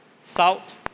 Salt